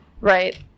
right